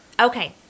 Okay